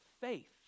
faith